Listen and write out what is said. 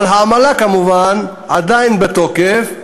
אבל העמלה כמובן עדיין בתוקף,